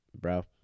bro